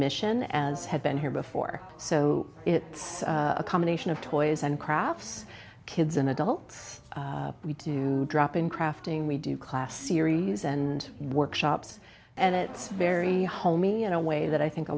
mission as had been here before so it's a combination of toys and crafts kids and adults we do drop in crafting we do class series and workshops and it's very homey in a way that i think a